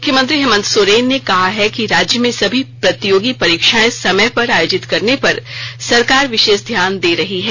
मुख्यमंत्री हेमंत सोरेन ने कहा है कि राज्य में सभी प्रतियोगी परीक्षाएं समय पर आयोजित करने पर सरकार विशेष ध्यान दे रही है